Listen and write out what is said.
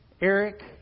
Eric